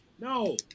No